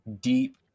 deep